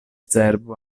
cerbo